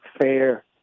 fair